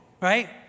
right